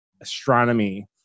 astronomy